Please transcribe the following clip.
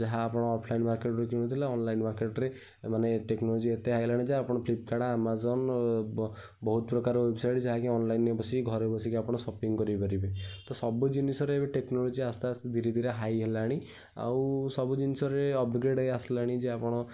ଯାହା ଆପଣ ଅଫଲାଇନ୍ ମାର୍କେଟ୍ରେ କିଣୁଥିଲେ ଅନଲାଇନ୍ ମାର୍କେଟ୍ରେ ଏମାନେ ଟେକ୍ନୋଲୋଜି ଏତେ ହାଇ ହେଇଗଲାଣି ଯେ ମାନେ ଫ୍ଲିପକାର୍ଟ୍ ଆମାଜନ୍ ବହୁତ ପ୍ରକାର ୱେବସାଇଟ୍ ଯାହାକି ଅନଲାଇନ୍ରେ ବସିକି ଘରେ ବସିକି ଆପଣ ସପିଂ କରିପାରିବେ ତ ସବୁ ଜିନିଷରେ ଏବେ ଟେକ୍ନୋଲୋଜି ଆସ୍ତେ ଆସ୍ତେ ଧିରେ ଧିରେ ହାଇ ହେଲାଣି ଆଉ ସବୁ ଜିନିଷରେ ଅପଗ୍ରେଡ଼୍ ଆସିଲାଣି ଯେ ଆପଣ